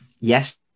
yes